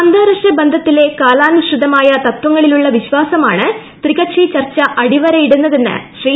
അന്താരാഷ്ട്രബന്ധത്തിലെ കാലാനുസൃതമായ തത്വങ്ങളിലുള്ള വിശ്വാസമാണ് ത്രികക്ഷി ചർച്ച അടിവരയിടുന്നതെന്ന് ശ്രീ